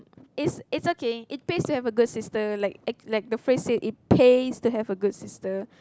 it's it's okay it pays to have a good sister like the phrase say it pays to have a good sister